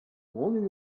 wonder